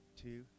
two